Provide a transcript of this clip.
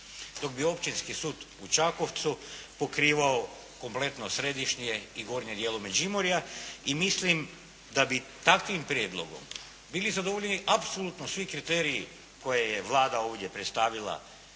Dok bi Općinski sud u Čakovcu pokrivao kompletno središnje i gornji dio Međimurja. I mislim da bi takvim prijedlogom bili zadovoljeni apsolutno svi kriteriji koje je Vlada ovdje predstavila